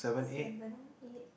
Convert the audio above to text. seven eight